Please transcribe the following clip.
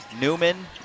Newman